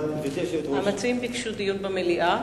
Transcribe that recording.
המציעים ביקשו דיון במליאה.